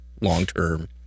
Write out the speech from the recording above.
long-term